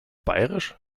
bairisch